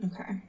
Okay